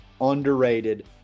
underrated